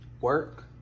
Work